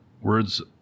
Words